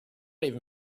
even